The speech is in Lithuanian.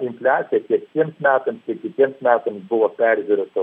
infliacija tiek tiems metams tiek kitiems metams buvo peržiūrėta